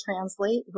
translate